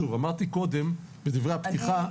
שוב אמרתי קודם בדברי הפתיחה,